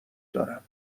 دارم